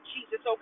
Jesus